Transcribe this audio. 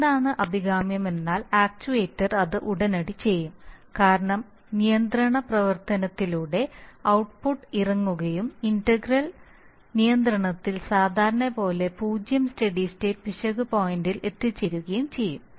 എന്താണ് അഭികാമ്യം എന്നാൽ ആക്ച്യുവേറ്റർ അത് ഉടനടി ചെയ്യും കാരണം നിയന്ത്രണ പ്രവർത്തനത്തിലൂടെ ഔട്ട്പുട്ട് ഇറങ്ങുകയും ഇന്റഗ്രൽ നിയന്ത്രണത്തിൽ സാധാരണപോലെ പൂജ്യം സ്റ്റെഡി സ്റ്റേറ്റ് പിശക് പോയിന്റിൽ എത്തിച്ചേരുകയും ചെയ്യും